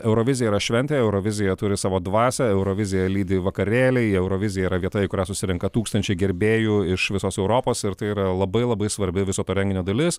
eurovizija yra šventė eurovizija turi savo dvasią euroviziją lydi vakarėliai eurovizija yra vieta į kurią susirenka tūkstančiai gerbėjų iš visos europos ir tai yra labai labai svarbi viso to renginio dalis